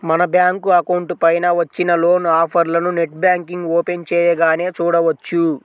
మన bank account పైన వచ్చిన లోన్ ఆఫర్లను నెట్ బ్యాంకింగ్ ఓపెన్ చేయగానే చూడవచ్చు